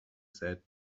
said